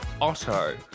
Otto